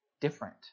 different